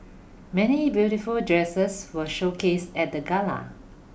many beautiful dresses were showcased at the Gala